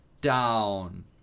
down